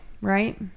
right